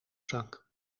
zak